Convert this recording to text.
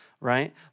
right